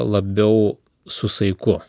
labiau su saiku